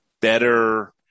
better